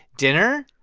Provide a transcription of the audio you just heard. dinner?